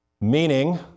Meaning